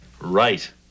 Right